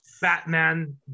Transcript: batman